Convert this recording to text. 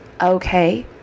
okay